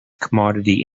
commodity